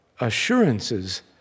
Assurances